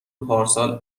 پارسال